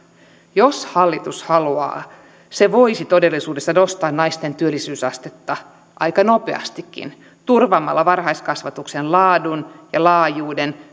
jos hallitus haluaa se voisi todellisuudessa nostaa naisten työllisyysastetta aika nopeastikin turvaamalla varhaiskasvatuksen laadun ja laajuuden